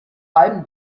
halbem